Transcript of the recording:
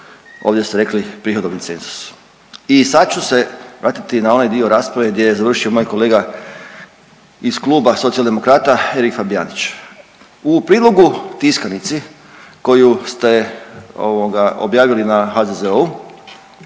ovdje ste rekli prihodovni cenzus. I sad ću se vratiti na onaj dio rasprave gdje je završio moj kolega iz Kluba Socijaldemokrata Erik Fabijanić. U prilogu tiskanici koju ste ovoga objavili na HZZO-u